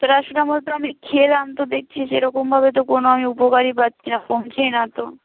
paracetamol তো আমি খেলাম তো দেখছি সেরকমভাবে তো কোনো আমি উপকারই পাচ্ছি না কমছেই না তো